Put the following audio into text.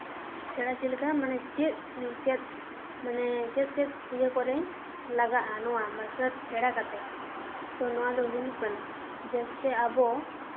ᱥᱮᱬᱟ ᱪᱮᱫ ᱞᱮᱠᱟ ᱢᱟᱱᱮ ᱪᱮᱫ ᱪᱮᱫ ᱢᱟᱱᱮ ᱪᱮᱫ ᱪᱮᱫ ᱤᱭᱟᱹ ᱠᱚᱨᱮ ᱞᱟᱜᱟᱜᱼᱟ ᱢᱟᱨᱥᱟᱞ ᱟᱨᱴᱥ ᱥᱮᱬᱟ ᱠᱟᱛᱮ ᱛᱚ ᱱᱚᱣᱟ ᱫᱚ ᱦᱩᱭᱩᱜ ᱠᱟᱱᱟ ᱡᱟᱛᱮ ᱟᱵᱚ